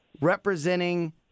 representing